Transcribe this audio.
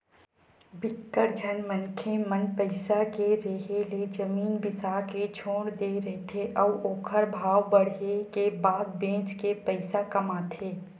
बिकट झन मनखे मन पइसा के रेहे ले जमीन बिसा के छोड़ दे रहिथे अउ ओखर भाव बाड़हे के बाद बेच के पइसा कमाथे